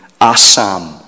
Assam